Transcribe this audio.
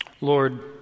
Lord